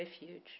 refuge